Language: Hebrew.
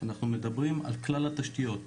אנחנו מדברים על כלל התשתיות,